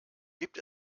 gibt